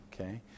Okay